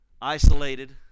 isolated